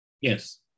Yes